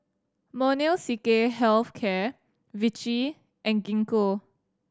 Molnylcke Health Care Vichy and Gingko